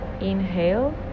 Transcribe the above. inhale